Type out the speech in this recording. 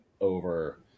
over